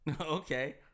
okay